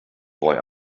boy